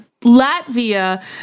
Latvia